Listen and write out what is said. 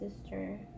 sister